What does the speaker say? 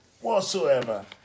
whatsoever